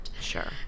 Sure